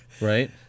Right